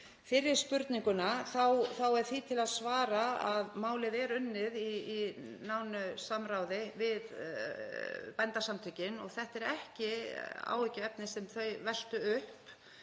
fyrri spurninguna þá er því til að svara að málið er unnið í nánu samráði við Bændasamtökin og þetta er ekki áhyggjuefni sem þau veltu upp